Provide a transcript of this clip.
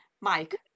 mike